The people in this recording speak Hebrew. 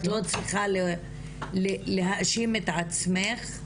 את לא צריכה להאשים את עצמך.